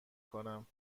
کنم